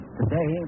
Today